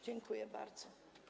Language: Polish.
Dziękuję bardzo.